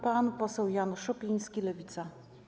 Pan poseł Jan Szopiński, Lewica.